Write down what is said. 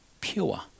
pure